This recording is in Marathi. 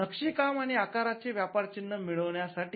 नक्षीकाम आणि आकाराचे व्यापारचिन्ह मिळवण्या साठी